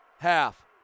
half